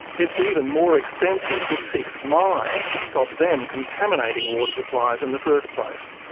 it's even more expensive to fix mines to stop them contaminating water supplies in the first place.